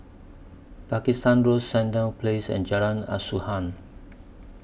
Pakistan Road Sandown Place and Jalan Asuhan